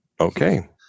Okay